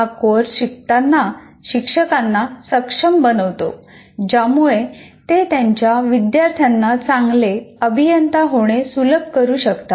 हा कोर्स शिक्षकांना सक्षम बनवतो ज्यामुळे ते त्यांच्या विद्यार्थ्यांना चांगले अभियंता होणे सुलभ करू शकतात